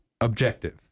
objective